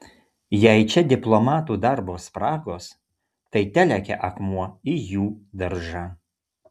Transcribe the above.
jei čia diplomatų darbo spragos tai telekia akmuo į jų daržą